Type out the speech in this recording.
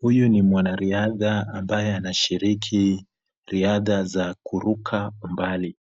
Huyu ni mwanariadha ambaye anashiriki riadha za kuruka mbali.